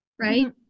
right